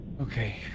Okay